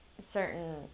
certain